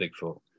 Bigfoot